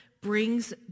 brings